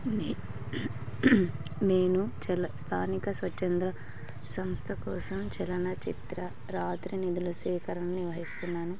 న నేను చల స్థానిక స్వచ్ఛంద్ర సంస్థ కోసం చలనచిత్ర రాత్రి నిధుల సేకరణని వహిస్తున్నాను